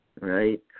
right